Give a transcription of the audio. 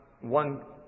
one